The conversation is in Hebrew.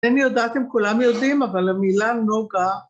‫אינני יודעת אם כולם יודעים, ‫אבל המילה נוגה.